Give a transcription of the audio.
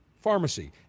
pharmacy